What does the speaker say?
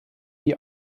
die